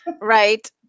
Right